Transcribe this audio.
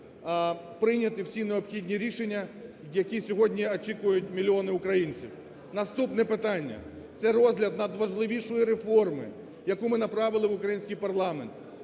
прийняти всі необхідні рішення, які сьогодні очікують мільйони українців. Наступне питання – це розгляд надважливішої реформи, яку ми направили в український парламент,